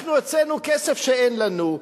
אנחנו הוצאנו כסף שאין לנו,